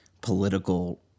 political